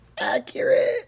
Accurate